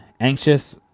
anxious